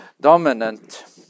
dominant